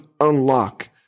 unlock